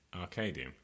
arcadium